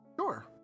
Sure